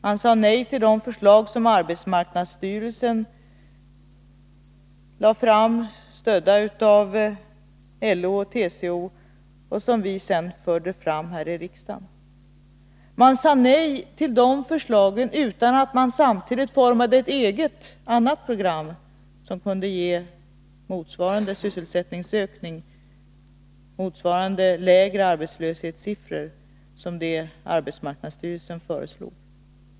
De sade nej till de förslag arbetsmarknadsstyrelsen lade fram, stödd av LO och TCO, och som vi socialdemokrater sedan framlade i riksdagen. De sade nej till de förslagen, utan att samtidigt utforma ett annat program som kunde ge motsvarande sysselsättningsökning, motsvarande lägre arbetslöshetssiffror som de som arbetsmarknadsstyrelsens förslag skulle lett till.